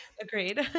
agreed